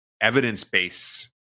evidence-based